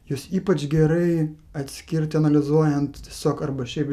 juos ypač gerai atskirti analizuojant tiesiog arba šiaip